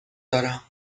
دارم